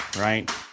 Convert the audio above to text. right